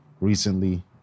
recently